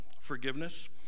forgiveness